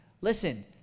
listen